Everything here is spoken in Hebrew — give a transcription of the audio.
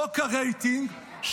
חוק הרייטינג,